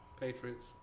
Patriots